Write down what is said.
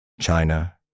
China